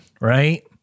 right